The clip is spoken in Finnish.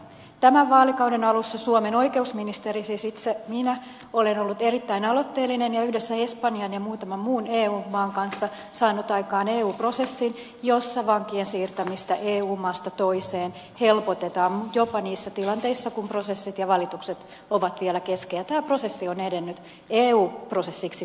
sen takia tämän vaalikauden alussa suomen oikeusministeri on ollut siis minä itse olen ollut erittäin aloitteellinen ja yhdessä espanjan ja muutaman muun eu maan kanssa saanut aikaan eu prosessin jossa vankien siirtämistä eu maasta toiseen helpotetaan jopa niissä tilanteissa kun prosessit ja valitukset ovat vielä kesken ja tämä prosessi on edennyt eu prosessiksi poikkeuksellisen nopeasti